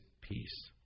peace